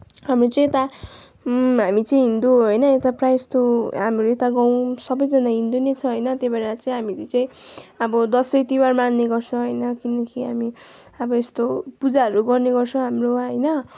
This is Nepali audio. हामी चाहिँ यता हामी चाहिँ हिन्दु हो होइन यता प्रायः जस्तो हाम्रो यता गाउँ सबैजना हिन्दु नै छ होइन त्यही भएर चाहिँ हामीले चाहिँ अब दसैँ तिहार मान्ने गर्छौँ होइन किनकि हामी अब यस्तो पूजाहरू गर्ने गर्छौँ हाम्रो होइन